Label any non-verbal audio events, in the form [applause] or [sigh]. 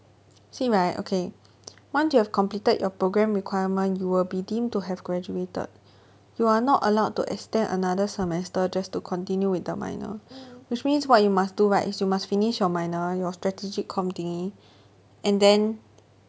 see right okay [noise] once you have completed your programme requirement you will be deemed to have graduated [breath] you are not allowed to extend another semester just to continue with the minor [breath] which means what you must do right is you must finish your minor your strategic comm thingy and then